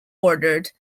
ordered